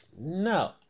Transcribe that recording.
No